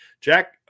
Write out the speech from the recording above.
Jack